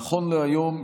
נכון להיום,